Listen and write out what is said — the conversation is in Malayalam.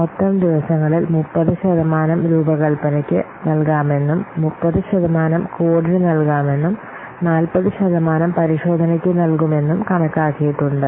മൊത്തം ദിവസങ്ങളിൽ 30 ശതമാനം രൂപകൽപ്പനയ്ക്ക് നൽകാമെന്നും 30 ശതമാനം കോഡിന് നൽകാമെന്നും 40 ശതമാനം പരിശോധനയ്ക്ക് നൽകുമെന്നും കണക്കാക്കിയിട്ടുണ്ട്